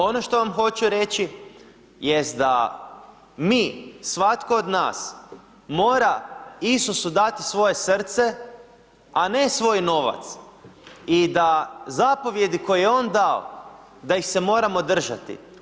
Ono što vam hoću reći jest da mi, svatko od nas, mora Isusu dati svoje srce, a ne svoj novac i da zapovijedi koje je on dao da ih se moramo držati.